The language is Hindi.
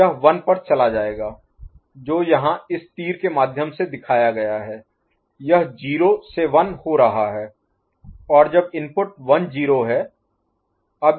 तो यह 1 पर चला जाएगा जो यहां इस तीर के माध्यम से दिखाया गया है यह 0 से 1 हो रहा है और जब इनपुट 1 0 है